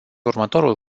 următorul